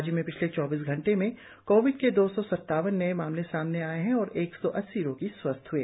राज्य में पिछले चौबीस घंटे में कोविड के दो सौ सत्तावन नए मामले सामने आए और एक सौ अस्सी रोगी स्वस्थ हए